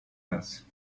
this